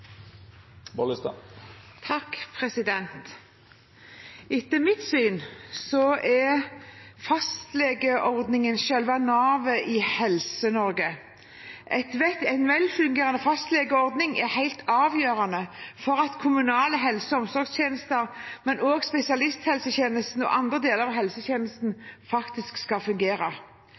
og pasientene. Etter mitt syn er fastlegeordningen selve navet i Helse-Norge. En velfungerende fastlegeordning er helt avgjørende for at kommunale helse- og omsorgstjenester, men også spesialisthelsetjenesten og andre deler av helsetjenesten faktisk skal